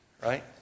Right